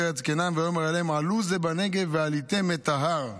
ארץ כנען ויאמר אלהם עלו זה בנגב ועליתם את ההר".